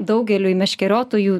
daugeliui meškeriotojų